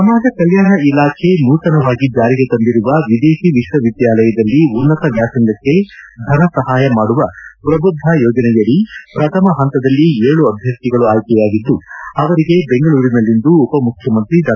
ಸಮಾಜ ಕಲ್ಕಾಣ ಇಲಾಖೆ ನೂತನವಾಗಿ ಜಾರಿಗೆ ತಂದಿರುವ ವಿದೇತಿ ವಿಶ್ವವಿದ್ಯಾಲಯದಲ್ಲಿ ಉನ್ನತ ವ್ಯಾಸಂಗಕ್ಕೆ ಧನಸಹಾಯ ಮಾಡುವ ಶ್ರಬುದ್ಧ ಯೋಜನೆಯಡಿ ಶ್ರಥಮ ಹಂತದಲ್ಲಿ ಏಳು ಅಭ್ವರ್ಣಿಗಳು ಆಯ್ಕೆಯಾಗಿದ್ದು ಅವರಿಗೆ ಬೆಂಗಳೂರಿನಲ್ಲಿಂದು ಉಪ ಮುಖ್ಯ ಮಂತ್ರಿ ಡಾ